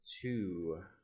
two